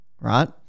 right